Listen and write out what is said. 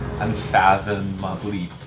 unfathomably